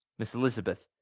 miss elizabeth,